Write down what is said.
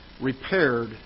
repaired